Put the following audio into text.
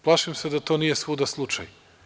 Plašim se da to nije svuda slučaj.